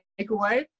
takeaway